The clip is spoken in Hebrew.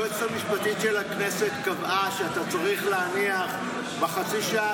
היועצת המשפטית של הכנסת קבעה שאתה צריך להניח בחצי שעה